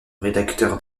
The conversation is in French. rédacteur